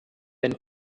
wenn